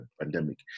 pandemic